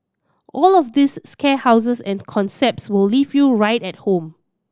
all of these scare houses and concepts will leave you right at home